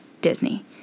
Disney